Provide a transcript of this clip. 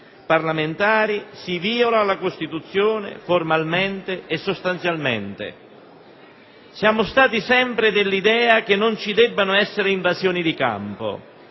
parlamentari, si violerebbe la Costituzione formalmente e sostanzialmente. Siamo stati sempre dell'idea che non ci debbano essere invasioni di campo: